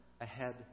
ahead